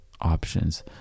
options